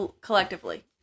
collectively